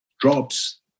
drops